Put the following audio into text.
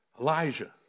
Elijah